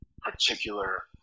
particular